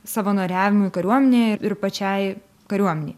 savanoriavimui kariuomenėje ir pačiai kariuomenei